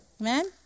Amen